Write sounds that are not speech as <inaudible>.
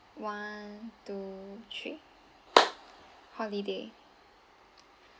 one two three <noise> holiday